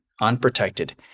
unprotected